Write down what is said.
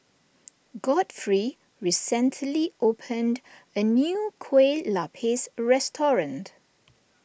Godfrey recently opened a new Kueh Lapis restaurant